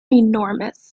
enormous